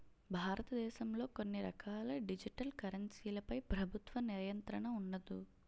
భారతదేశంలో కొన్ని రకాల డిజిటల్ కరెన్సీలపై ప్రభుత్వ నియంత్రణ ఉండదు